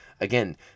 again